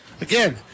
Again